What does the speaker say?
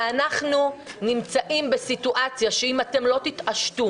אנחנו נמצאים בסיטואציה שאם אתם לא תתעשתו